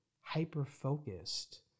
hyper-focused